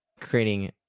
creating